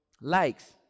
likes